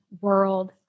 world